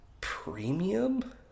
premium